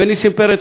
ונסים פרץ,